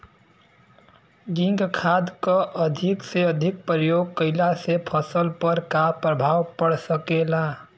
Zinc खाद क अधिक से अधिक प्रयोग कइला से फसल पर का प्रभाव पड़ सकेला?